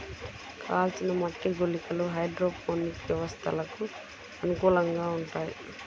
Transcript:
కాల్చిన మట్టి గుళికలు హైడ్రోపోనిక్ వ్యవస్థలకు అనుకూలంగా ఉంటాయి